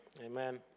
Amen